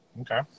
Okay